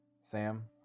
Sam